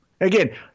Again